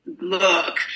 look